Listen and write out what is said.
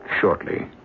shortly